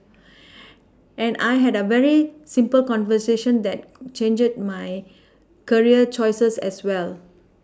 and I had a very simple conversation that changed my career choices as well